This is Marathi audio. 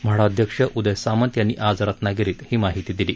म्हाडा अध्यक्ष उदय सामंत यांनी आज रत्नागिरीत ही माहिती दिली